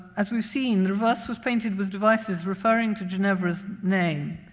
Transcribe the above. as we've seen, the reverse was painted with devices referring to ginevra's name,